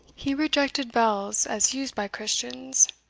he rejected bells as used by christians,